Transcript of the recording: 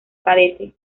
cadete